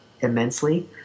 immensely